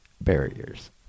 barriers